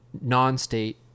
non-state